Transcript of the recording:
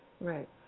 Right